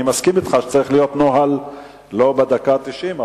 אני מסכים אתך שצריך להיות נוהל לא בדקה התשעים,